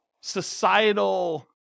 societal